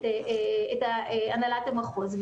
את הנהלת המחוז.